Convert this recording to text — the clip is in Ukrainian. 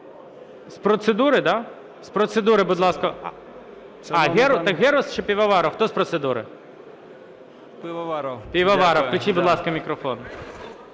З процедури, да? З процедури, будь ласка. Так Герус чи Пивоваров? Хто з процедури? Пивоваров. Включіть, будь ласка, мікрофон.